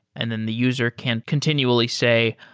and then the user can continually say,